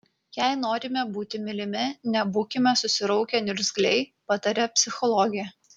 jei norime būti mylimi nebūkime susiraukę niurgzliai pataria psichologė